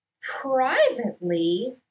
privately